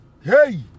Hey